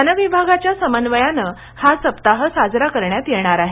one विभागाच्या समन्वयानं हा सप्ताह साजरा करण्यात येणार आहे